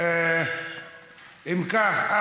אם כך,